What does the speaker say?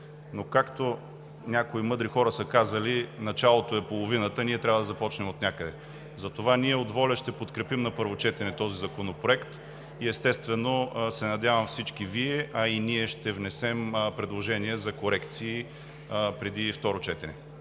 Но, както някои мъдри хора са казали – „началото е половината“, трябва да започнем отнякъде. Затова от ВОЛЯ ще подкрепим на първо четене този законопроект и се надявам всички Вие, а и ние ще внесем предложения за корекции преди второто четене.